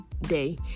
day